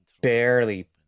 barely